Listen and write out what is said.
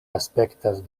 aspektas